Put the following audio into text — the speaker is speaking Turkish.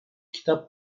kitap